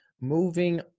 Moving